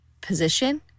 position